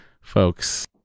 folks